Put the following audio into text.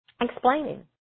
explaining